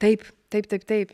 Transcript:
taip taip taip taip